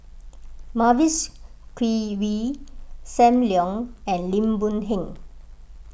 Mavis Khoo Oei Sam Leong and Lim Boon Heng